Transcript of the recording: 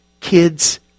Kids